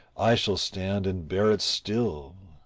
i shall stand and bear it still.